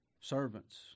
servants